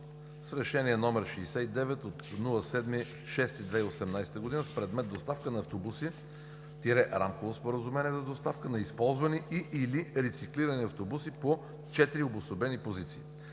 Решение № 69 от 7 юни 2018 г. с предмет: „Доставка на автобуси – Рамково споразумение за доставка на използвани и/или рециклирани автобуси по четири обособени позиции“.